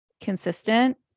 consistent